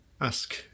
ask